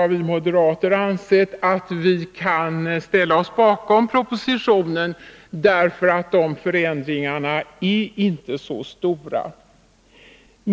Vi moderater ansåg att vi kunde ställa oss bakom propositionen, därför att förändringarna inte var så stora.